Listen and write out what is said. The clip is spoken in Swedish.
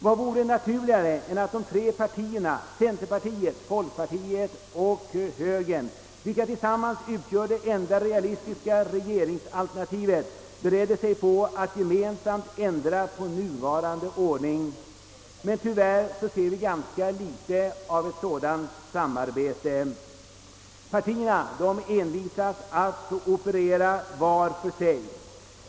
Vad vore naturligare än att de tre oppositionspartierna — centerpartiet, folkpartiet och högerpartiet, vilka tillsammans utgör det enda realistiska regeringsalternativet — beredde sig på att gemensamt ändra på den nuvarande ordningen. Men tyvärr ser vi ganska litet av sådant samarbete. Partierna envisas med att operera vart för sig.